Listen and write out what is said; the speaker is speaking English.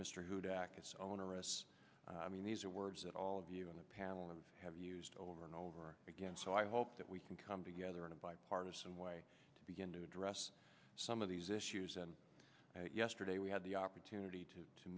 it's onerous i mean these are words that all of you on the panel of have used over and over again so i hope that we can come together in a bipartisan way to begin to address some of these issues and yesterday we had the opportunity to to